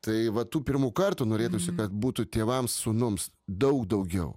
tai va tų pirmų kartų norėtųsi kad būtų tėvams sūnums daug daugiau